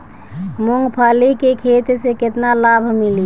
मूँगफली के खेती से केतना लाभ मिली?